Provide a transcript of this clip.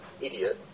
idiot